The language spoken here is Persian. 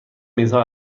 میزها